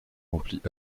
remplit